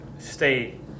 state